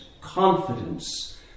confidence